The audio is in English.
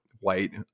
white